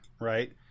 Right